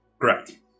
Correct